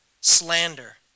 slander